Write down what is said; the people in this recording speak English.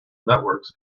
networks